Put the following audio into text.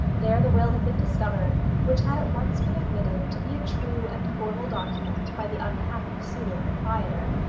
there the will had been discovered, which had at once been admitted to be a true and formal document by the unhappy pseudo-proprietor.